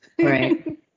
Right